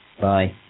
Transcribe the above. Bye